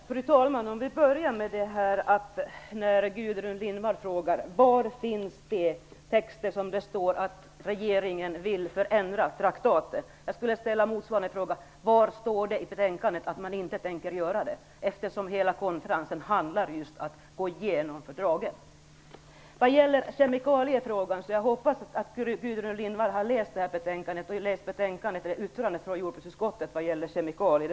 Fru talman! Jag vill börja med Gudrun Lindvalls fråga om var de texter finns där det står att regeringen vill förändra traktaten. Jag ställer då motsvarande fråga: Var står det i betänkandet att man inte tänker göra det? Hela konferensen handlar ju om att gå igenom fördraget. Vad gäller kemikaliefrågan hoppas jag att Gudrun Lindvall har läst betänkandet och även yttrandet från jordbruksutskottet om kemikalier.